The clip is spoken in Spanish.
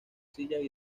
sillas